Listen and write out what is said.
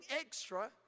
extra